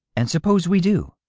and suppose we do!